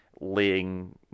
laying